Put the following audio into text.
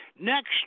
Next